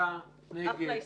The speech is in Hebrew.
הצבעה בעד, 5 נגד,